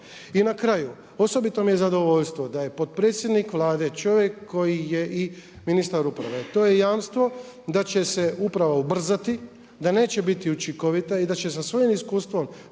I na kraju osobito mi je zadovoljstvo da je potpredsjednik Vlade čovjek koji je i ministar uprave. To je jamstvo da će se uprava ubrzati, da neće biti učinkovita i da će sa svojim iskustvom